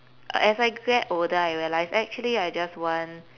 a~ as I get older I realise actually I just want